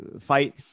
fight